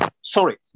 sorry